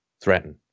threaten